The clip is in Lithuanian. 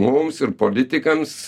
mums ir politikams